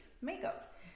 makeup